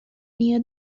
near